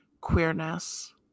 queerness